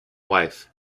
wife